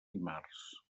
dimarts